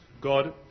God